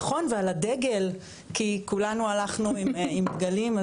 אז היא אמרה נכון ועל הדגל כי כולנו עם דגלים.